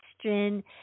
question